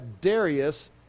Darius